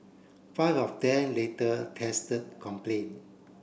five of them later tested compliant